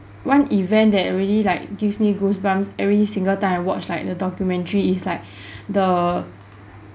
one event that really like gives me goosebumps every single time I watch like the documentary is like the